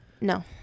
no